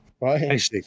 Right